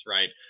Right